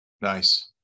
Nice